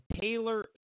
Taylor